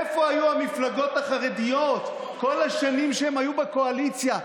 איפה היו המפלגות החרדיות כל השנים שהן היו בקואליציה?